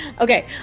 Okay